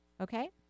Okay